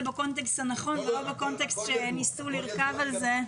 בקונטקסט הנכון ולא בקונטקסט שניסו לרכב עליו.